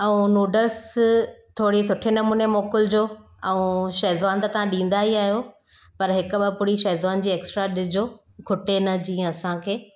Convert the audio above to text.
ऐं नूडल्स थोरे सुठे नमूने मोकिलिजो ऐं शेज़वान त तव्हां ॾींदा ई आहियो पर हिक ॿ पुड़ी शेज़वान जी एक्स्ट्रा ॾिजो खुटे न जीअं असांखे